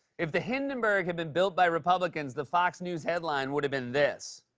if the hindenburg had been built by republicans, the fox news headline would have been this.